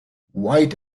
white